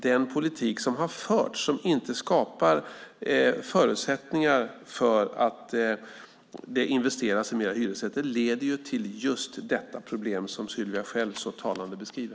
Den politik som har förts, som inte skapar förutsättningar för att investera i fler hyresrätter, leder till det problem som Sylvia själv så talande beskriver.